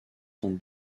son